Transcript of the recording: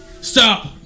Stop